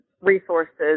resources